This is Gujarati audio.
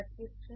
25 છે